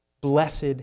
blessed